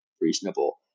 reasonable